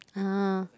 !huh!